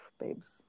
babes